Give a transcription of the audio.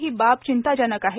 ही बाब चिंताजनक आहे